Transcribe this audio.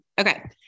Okay